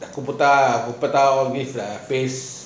உபாதை உபாதை:upaatha upaatha means face